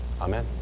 Amen